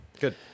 Good